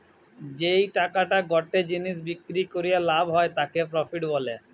যেই টাকাটা গটে জিনিস বিক্রি করিয়া লাভ হয় তাকে প্রফিট বলে